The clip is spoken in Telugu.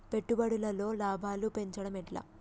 పెట్టుబడులలో లాభాలను పెంచడం ఎట్లా?